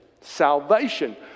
Salvation